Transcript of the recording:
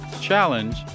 challenge